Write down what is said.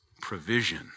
provision